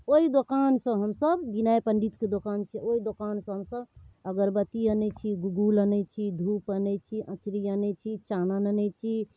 ओहि दोकानसँ हमसभ बिनय पण्डितके दोकान छिए ओहि दोकानसँ हमसभ अगरबत्ती आनै छी गुगुल आनै छी धूप आनै छी अँचरी आने छी चानन आनै छी